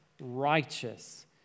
righteous